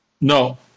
No